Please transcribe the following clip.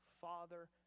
Father